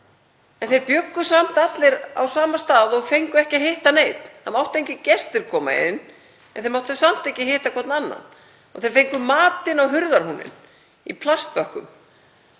en þeir bjuggu samt allir á sama stað og fengu ekki að hitta neinn. Það máttu engir gestir koma inn en þeir máttu samt ekki hitta hver annan og þeir fengu matinn á hurðarhúninn í plastbökkum.